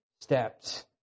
steps